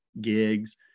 gigs